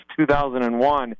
2001